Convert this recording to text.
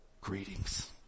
greetings